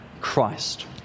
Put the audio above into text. Christ